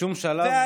בשום שלב,